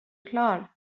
klar